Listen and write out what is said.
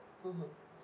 mmhmm